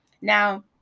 Now